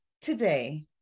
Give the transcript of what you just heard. Today